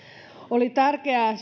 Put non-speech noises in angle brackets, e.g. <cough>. oli tärkeää <unintelligible>